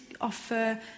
offer